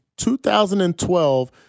2012